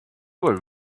were